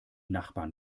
nachbarn